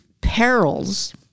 perils